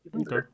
Okay